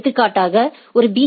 எடுத்துக்காட்டாக ஒரு பி